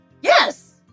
Yes